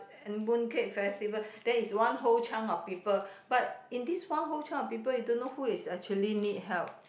and Mooncake Festival then its one whole chunk of people but in this one whole chunk of people you don't know who is actually need help